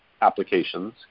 applications